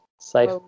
safe